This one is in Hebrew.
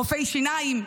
רופאי שיניים,